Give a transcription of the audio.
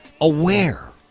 aware